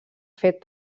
fet